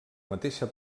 mateixa